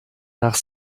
nach